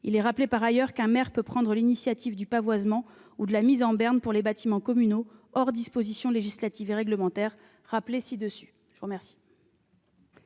Il est rappelé par ailleurs qu'un maire peut prendre l'initiative du pavoisement ou de la mise en berne pour les bâtiments communaux, hors des dispositions législatives et réglementaires rappelées ci-dessus. La parole